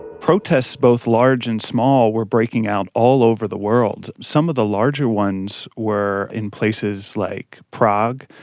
protests both large and small were breaking out all over the world. some of the larger ones were in places like prague,